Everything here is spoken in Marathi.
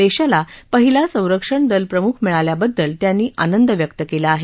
देशाला पहिला संरक्षणदलप्रमुख मिळाल्याबद्दल त्यांनी आनंद व्यक्त केला आहे